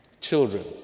children